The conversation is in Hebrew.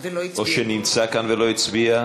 או שנמצא כאן ולא הצביע?